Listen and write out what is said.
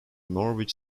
norwich